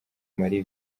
marie